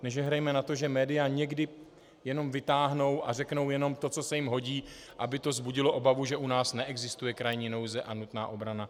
Nežehrejme na to, že média někdy jenom vytáhnou a řeknou jenom to, co se jim hodí, aby to vzbudilo obavu, že u nás neexistuje krajní nouze a nutná obrana.